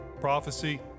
prophecy